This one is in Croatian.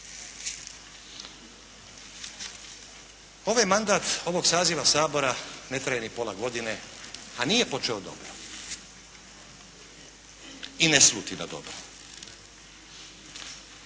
Ovaj mandat ovog saziva Sabora ne traje ni pola godine, a nije počeo dobro. I ne sluti na dobro.